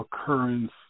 occurrence